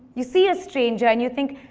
you see a stranger, and you think,